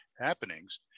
happenings